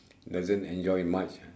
doesn't enjoy much